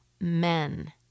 men